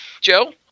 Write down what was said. Joe